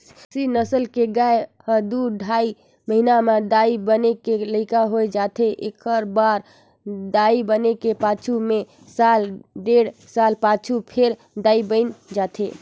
Jersey नसल के गाय ह दू ढ़ाई महिना म दाई बने के लइक हो जाथे, एकबार दाई बने के पाछू में साल डेढ़ साल पाछू फेर दाई बइन जाथे